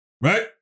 Right